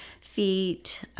feet